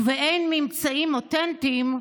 ובאין ממצאים אותנטיים,